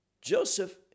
joseph